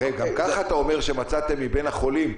גם ככה אתה אומר שבין החולים,